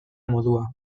modua